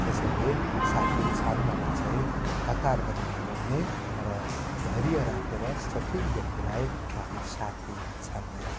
यसले साथी छान्नमा चाहिँ हतार पनि नगर्ने तर धैर्य राखेर सठिक व्यक्तिलाई आफ्नो साथी छान्ने